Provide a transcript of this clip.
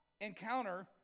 encounter